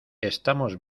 estamos